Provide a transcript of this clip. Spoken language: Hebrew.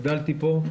גדלתי פה.